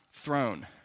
throne